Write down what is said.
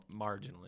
marginally